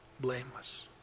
blameless